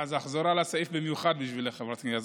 אחזור על הסעיף במיוחד בשבילך, חברת הכנסת יזבק.